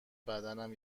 بدنم